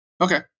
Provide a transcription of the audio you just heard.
Okay